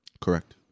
Correct